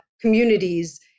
communities